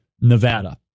Nevada